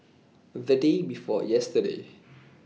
The Day before yesterday